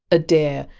a deer,